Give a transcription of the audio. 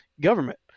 government